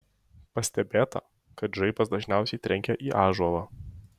pastebėta kad žaibas dažniausiai trenkia į ąžuolą